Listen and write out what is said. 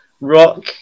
rock